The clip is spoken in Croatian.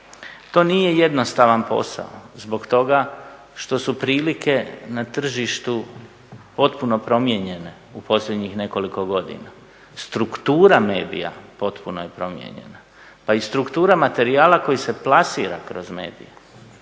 To nije jednostavan posao zbog toga što su prilike na tržištu potpuno promijenjene u posljednjih nekoliko godina. Struktura medija potpuno je promijenjena pa i struktura materijala koji se plasira kroz medije.